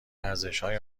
ارزشهای